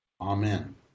Amen